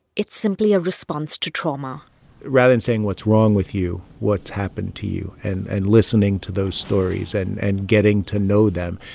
it's simply a response to trauma rather than saying, what's wrong with you? what's happened to you? and and listening to those stories and and getting to know them.